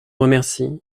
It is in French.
remercie